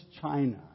China